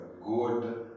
good